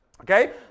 Okay